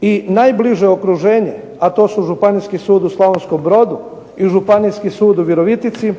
i najbliže okruženje, a to su Županijski sud u Slavonskom Brodu i Županijski sud u Virovitici